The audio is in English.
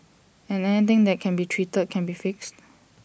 and anything that can be treated can be fixed